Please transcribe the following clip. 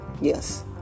yes